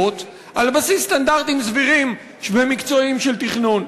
על בסיס סטנדרטים סבירים ומקצועיים של תכנון.